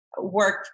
work